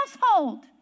household